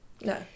No